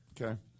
Okay